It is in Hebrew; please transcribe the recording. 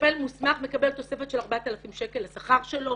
מטפל מוסמך מקבל תוספת של 4000 שקל לשכר שלו.